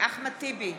אחמד טיבי,